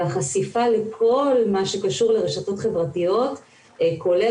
והחשיפה לכל מה שקשור לרשתות חברתיות כולל